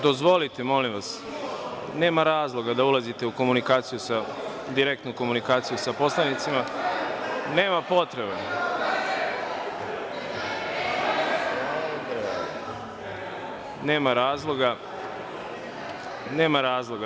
Dozvolite molim vas, nema razloga da ulazite u komunikaciju, direktnu komunikaciju sa poslanicima, nema potrebe za tim, nema razloga.